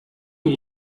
who